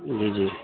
جی جی